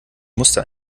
musste